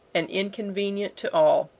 and inconvenient to all.